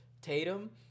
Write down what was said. tatum